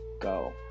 go